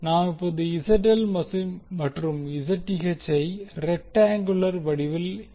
நாம் இப்போது ZL மற்றும் Zth ஐ ரெக்ட்டாங்குளர் வடிவில் வழங்குவோம்